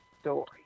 story